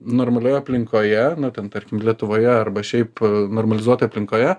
normalioj aplinkoje na ten tarkim lietuvoje arba šiaip normalizuotoj aplinkoje